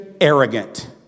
arrogant